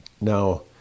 Now